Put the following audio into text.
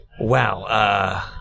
Wow